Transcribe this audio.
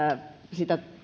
sitä